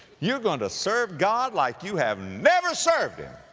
you're going to serve god like you have never served him!